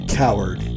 coward